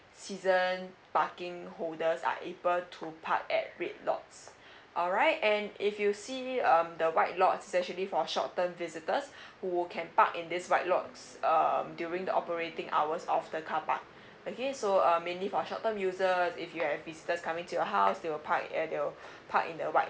season parking holders are able to park at red lots alright and if you see um the white lots is actually for short term visitors who can park in this white lots um during the operating hours of the carpark okay so uh mainly for short term user if you have visitors coming to your house they will park at your park in the white